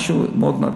משהו מאוד נדיר.